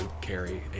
carry